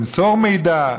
למסור מידע,